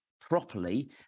properly